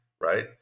right